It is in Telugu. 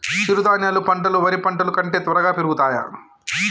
చిరుధాన్యాలు పంటలు వరి పంటలు కంటే త్వరగా పెరుగుతయా?